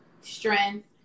strength